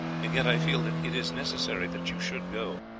and yet i feel that it is necessary that you should go.